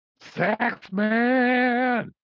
Saxman